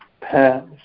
past